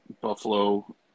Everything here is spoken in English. Buffalo